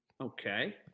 Okay